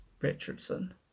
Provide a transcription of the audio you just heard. Richardson